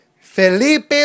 Felipe